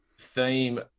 theme